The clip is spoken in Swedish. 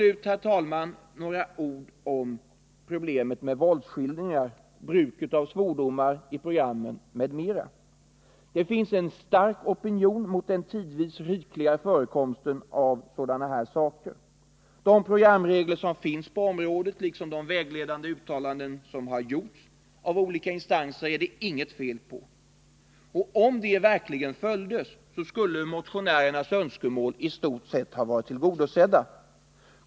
Låt mig också säga några ord om problemet med våldsskildringar, bruket av svordomar i programmen m.m. Det finns en stark opinion mot den tidvis rikliga förekomsten av sådant. De programregler som finns på området liksom de vägledande uttalanden som har gjorts av olika instanser är det inget fel på. Om reglerna verkligen följdes, skulle motionärernas önskemål i stort sett ha varit tillgodosedda.